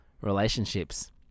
relationships